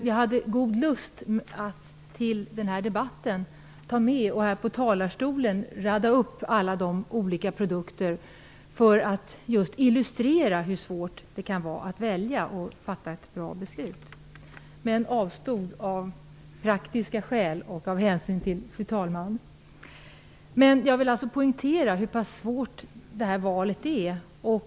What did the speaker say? Jag hade god lust att från talarstolen rada upp alla de olika miljömärkta produkterna för att illustrera hur svårt det kan vara att fatta ett bra beslut. Jag avstod dock av praktiska skäl och av hänsyn till fru talmannen. Jag vill alltså poängtera hur svårt valet är.